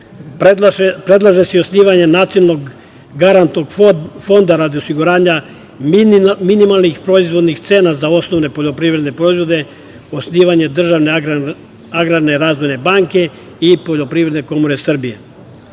garantnog fonda radi osiguranja minimalnih proizvodnih cena za osnovne poljoprivredne proizvode, osnivanje državne agrarne razvojne banke i poljoprivredne komore Srbije.